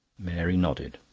mary nodded.